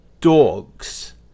dogs